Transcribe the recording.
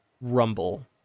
rumble